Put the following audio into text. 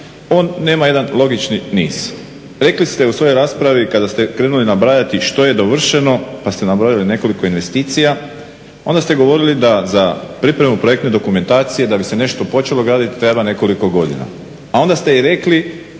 on nema jedan logični niz. Rekli ste u svojoj raspravi kada ste krenuli nabrajati što je dovršeno pa ste nabrojili nekoliko investicija onda ste govorili da za pripremu projektne dokumentacije da bi se nešto počelo graditi treba nekoliko godina. A onda ste rekli